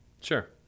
sure